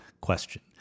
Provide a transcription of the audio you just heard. question